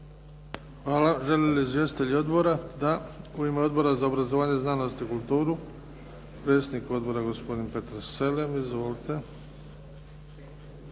Hvala. Žele li izvjestitelji odbora? Da. U ime Odbora za obrazovanje, znanost i kulturu, predsjednik odbora gospodin Petar Selem. Izvolite.